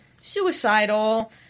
suicidal